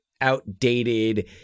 outdated